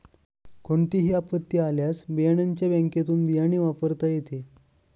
कोणतीही आपत्ती आल्यास बियाण्याच्या बँकेतुन बियाणे वापरता येते